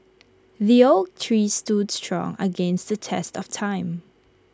the oak tree stood strong against the test of time